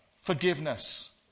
forgiveness